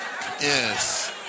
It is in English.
Yes